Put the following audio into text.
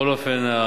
בכל אופן,